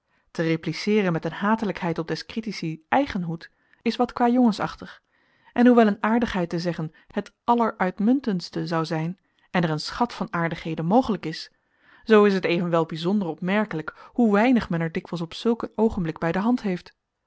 te repliceeren met een hatelijkheid op des critici eigen hoed is wat kwajongensachtig en hoewel een aardigheid te zeggen het alleruitmuntendste zou zijn en er een schat van aardigheden mogelijk is zoo is het evenwel bijzonder opmerkelijk hoe weinig men er dikwijls op zulk een oogenblik bij de hand heeft